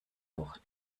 auch